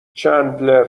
چندلر